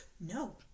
no